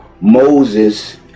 Moses